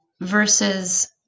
versus